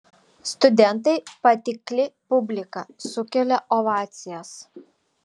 studentai patikli publika sukelia ovacijas